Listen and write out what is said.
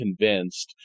convinced